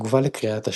תגובה לקריאת השם,